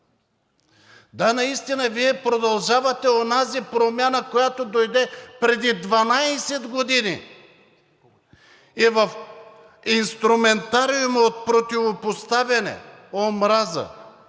Да, наистина, Вие продължавате онази промяна, която дойде преди 12 години, и в инструментариума от противопоставяне, омраза,